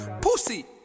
Pussy